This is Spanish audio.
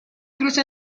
cruce